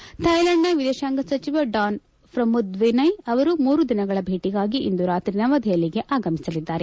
ಜೋಶಿ ಥೈಲ್ಯಾಂಡ್ನ ವಿದೇತಾಂಗ ಸಚಿವ ಡಾನ್ ಪ್ರಮುದ್ವಿನೈ ಅವರು ಮೂರು ದಿನಗಳ ಭೇಟಗಾಗಿ ಇಂದು ರಾತ್ರಿ ನವದೆಹಲಿಗೆ ಆಗಮಿಸಲಿದ್ದಾರೆ